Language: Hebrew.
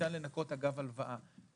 שניתן לנכות אגב הלוואה.